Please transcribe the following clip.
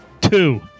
Two